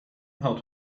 how